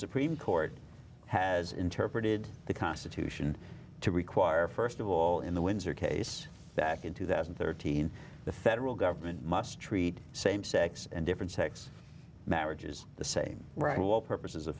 supreme court has interpreted the constitution to require st of all in the windsor case back in two thousand and thirteen the federal government must treat same sex and different sex marriages the same right to all purposes of